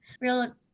real